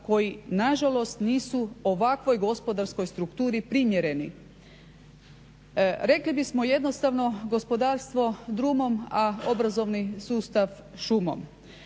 koji nažalost nisu ovakvoj gospodarskoj strukturi primjereni. Rekli bismo jednostavno, gospodarstvo drumom, a obrazovni sustav šumom.